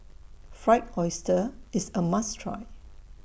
Fried Oyster IS A must Try